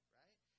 right